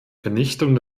vernichtung